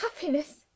Happiness